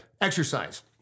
exercise